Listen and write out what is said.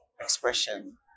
expression